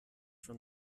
from